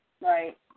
Right